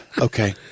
okay